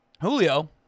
Julio